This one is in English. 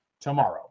tomorrow